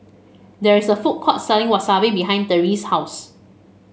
there's a food court selling Wasabi behind Terese's house